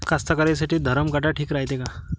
कास्तकाराइसाठी धरम काटा ठीक रायते का?